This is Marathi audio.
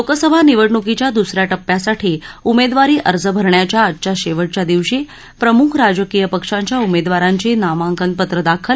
लोकसभा निवडणुकीच्या द्सऱ्या टप्प्यासाठी उमेदवारी अर्ज भरण्याच्या आजच्या शेवटच्या दिवशी प्रमुख राजकीय पक्षांच्या उमेदवारांची नामांकनपत्र दाखल